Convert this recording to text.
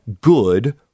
good